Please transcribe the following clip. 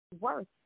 worth